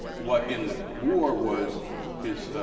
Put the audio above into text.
what in the war was his,